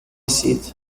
seat